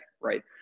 right